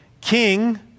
king